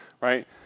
right